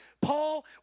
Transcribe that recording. Paul